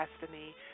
Destiny